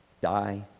Die